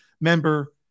member